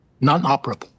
non-operable